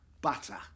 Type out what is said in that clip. butter